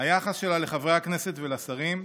ביחס שלה לחברי הכנסת ולשרים.